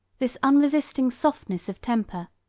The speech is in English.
this unresisting softness of temper,